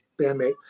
bandmate